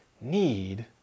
need